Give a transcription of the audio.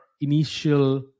initial